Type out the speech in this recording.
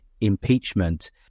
impeachment